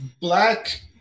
Black